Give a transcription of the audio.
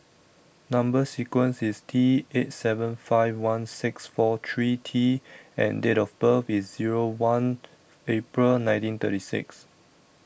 Number sequence IS T eight seven five one six four three T and Date of birth IS Zero one April nineteen thirty six